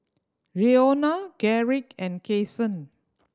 Roena Garrick and Kasen